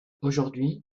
aujourd’hui